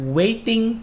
waiting